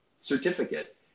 certificate